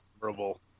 horrible